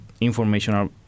informational